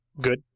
good